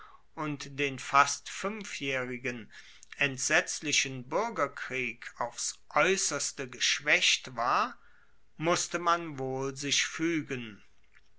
und den fast fuenfjaehrigen entsetzlichen buergerkrieg aufs aeusserste geschwaecht war musste man wohl sich fuegen